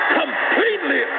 completely